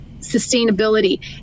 sustainability